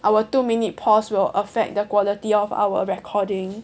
our two minutes pause will affect the quality of our recording